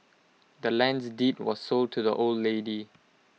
the land's deed was sold to the old lady